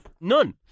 None